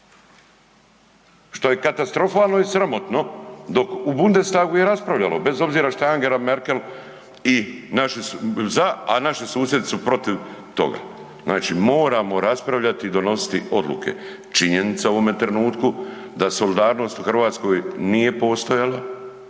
što je katastrofalno i sramotno dok u Bundestagu jer raspravljalo što je Angela Merkel i naši za, a naši susjedi su protiv toga. Znači moramo raspravljati i donositi odluke. Činjenica u ovome trenutku da solidarnost u Hrvatskoj nije postojala